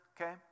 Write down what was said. okay